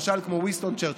למשל כמו וינסטון צ'רצ'יל.